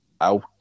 out